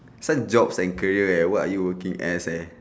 this one jobs and career eh what are you working as